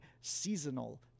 seasonal